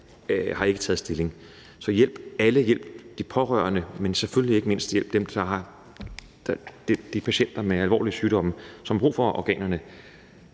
har ikke taget stilling. Så hjælp alle, hjælp de pårørende, men hjælp selvfølgelig ikke mindst de patienter med alvorlige sygdomme, som har brug for organerne,